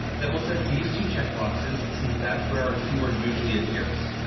then we'll set these two checkboxes since that's where our keyword usually appears.